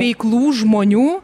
veiklų žmonių